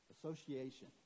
Association